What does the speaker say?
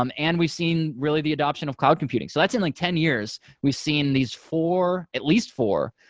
um and we've seen really the adoption of cloud computing. so that's in like ten years. we've seen these four, at least four,